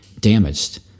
damaged